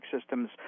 systems